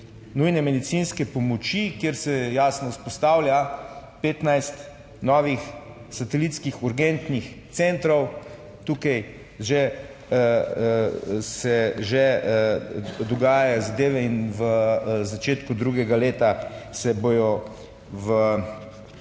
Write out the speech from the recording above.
nujne medicinske pomoči, kjer se jasno vzpostavlja 15 novih satelitskih urgentnih centrov. Tukaj že, se že dogajajo zadeve in v začetku drugega leta se bodo v